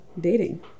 dating